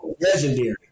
legendary